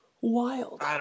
Wild